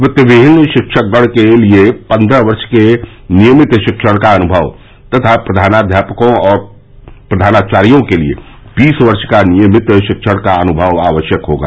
वित्तविहीन शिक्षकगण के लिये पन्द्रह वर्ष के नियमित शिक्षण का अनुभव तथा प्रधानाध्यापकों और प्रधानाचार्यो के लिये बीस वर्ष का नियमित शिक्षण का अनुभव आवश्यक होगा